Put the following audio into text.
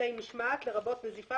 "אמצעי משמעת" לרבות נזיפה,